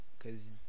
Cause